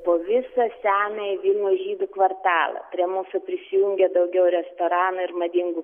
po visą senąjį vilniaus žydų kvartalą prie mūsų prisijungė daugiau restoranų ir madingų